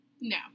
No